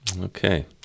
Okay